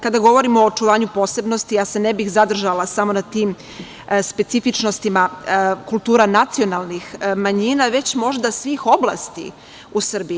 Kada govorim o očuvanju posebnosti ja se ne bih zadržala samo na tim specifičnostima kultura nacionalnih manjina već možda svih oblasti u Srbiji.